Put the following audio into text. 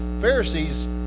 Pharisees